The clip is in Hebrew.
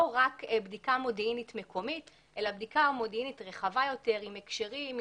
רק בדיקה מודיעינית מקומית אלא בדיקה מודיעינית רחבה יותר עם הקשרים,